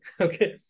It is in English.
Okay